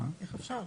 איך אפשר?